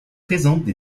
des